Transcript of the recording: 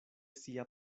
sia